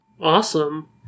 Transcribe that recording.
awesome